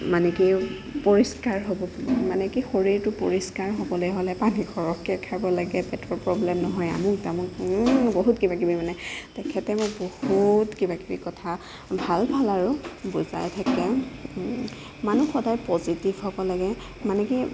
মানে কি পৰিষ্কাৰ হ'ব মানে কি শৰীৰটো পৰিষ্কাৰ হ'বলে হ'লে পানী সৰহকে খাব লাগে পেটৰ প্ৰব্লেম নহয় আমুক তামুক বহুত কিবা কিবি মানে তেখেতে মোক বহুত কিবা কিবি কথা ভাল ভাল আৰু বুজাই থাকে মানুহ সদায় পজিটিভ হ'ব লাগে মানে কি